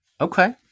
okay